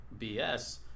BS